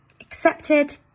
Accepted